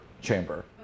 chamber